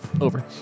over